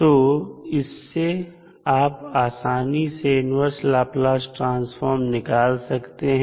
तो इससे आप आसानी से इन्वर्स लाप्लास ट्रांसफॉर्म निकाल सकते हैं